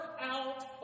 out